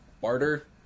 Barter